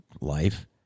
life